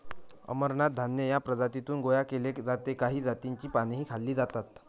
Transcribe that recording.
अमरनाथ धान्य या प्रजातीतून गोळा केले जाते काही जातींची पानेही खाल्ली जातात